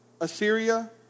Assyria